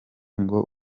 ngo